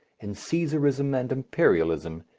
in caesarism and imperialism,